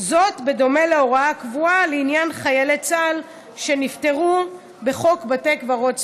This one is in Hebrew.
בדומה להוראה הקבועה לעניין חיילי צה"ל שנפטרו בחוק בתי קברות צבאיים.